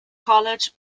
college